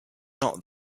not